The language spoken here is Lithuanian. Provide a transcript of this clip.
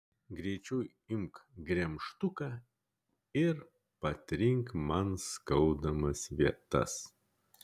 greičiau imk gremžtuką ir patrink man skaudamas vietas